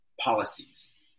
policies